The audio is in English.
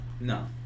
No